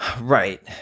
Right